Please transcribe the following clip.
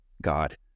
god